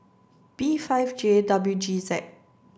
B five J W G Z